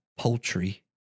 poultry